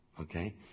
okay